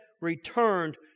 returned